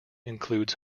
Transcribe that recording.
includes